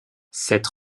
cette